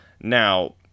Now